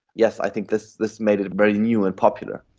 yes, i think this this made it very new and popular.